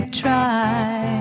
try